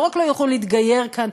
לא רק לא יוכלו להתגייר כאן,